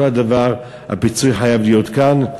אותו הדבר הפיצוי חייב להיות כאן.